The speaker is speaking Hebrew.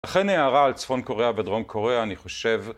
ולכן ההערה על צפון קוריאה ודרום קוריאה אני חושב